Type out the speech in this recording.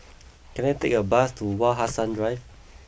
can I take a bus to Wak Hassan drive